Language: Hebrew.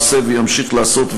עושה וימשיך לעשות,